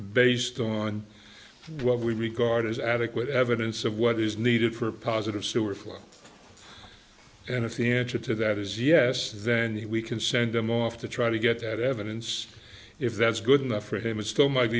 based on what we regard as adequate evidence of what is needed for a positive sewer flow and if the answer to that is yes then he can send them off to try to get that evidence if that's good enough for him it still might